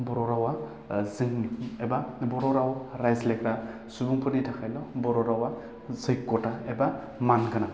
बर' रावा जोंनि एबा बर' राव रायज्लायग्रा सुबुंफोरनि थाखायल' बर' रावा जैग'था एबा मान गोनां